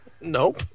Nope